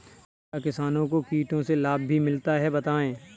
क्या किसानों को कीटों से लाभ भी मिलता है बताएँ?